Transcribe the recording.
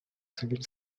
civile